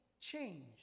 change